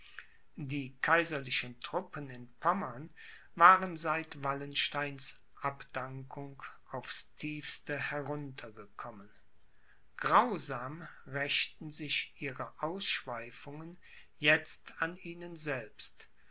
die kaiserlichen truppen in pommern waren seit wallensteins abdankung aufs tiefste heruntergekommen grausam rächten sich ihre ausschweifungen jetzt an ihnen selbst